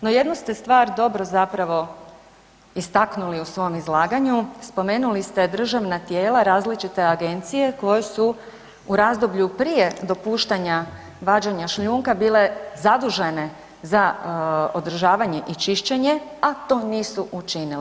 No jednu ste stvar dobro zapravo istaknuli u svom izlaganju, spomenuli ste državna tijela različite agencije koje su u razdoblju prije dopuštanja vađenja šljunka bile zadužene za održavanje i čišćenje, a to nisu učinile.